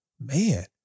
Man